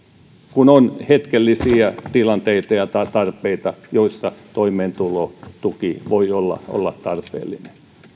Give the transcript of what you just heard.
kun on hetkellisiä tilanteita ja tarpeita joissa toimeentulotuki voi olla olla tarpeellinen